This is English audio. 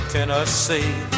Tennessee